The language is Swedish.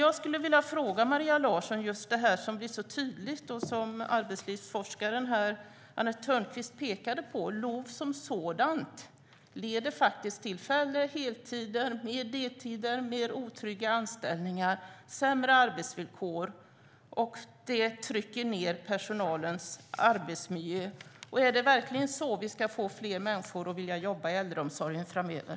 Jag skulle vilja fråga Maria Larsson om det som blir så tydligt och som arbetslivsforskaren Annette Thörnquist pekade på: LOV i sig leder till färre heltider, mer deltider, mer otrygga anställningar och sämre arbetsvillkor, och den trycker ned personalens arbetsmiljö. Är det verkligen så vi ska få fler människor att vilja jobba i äldreomsorgen framöver?